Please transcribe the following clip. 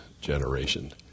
generation